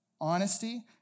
honesty